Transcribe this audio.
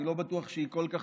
אני לא בטוח שהיא כל כך,